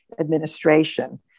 administration